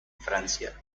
francia